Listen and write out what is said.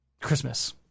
Christmas